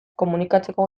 komunikatzeko